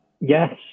Yes